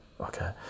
okay